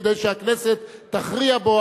כדי שהכנסת תכריע בו,